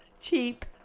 cheap